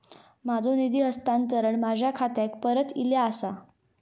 माझो निधी हस्तांतरण माझ्या खात्याक परत इले आसा